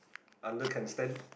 under can stand